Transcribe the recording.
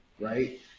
right